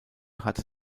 hatte